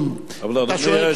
אדוני היושב-ראש,